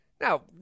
Now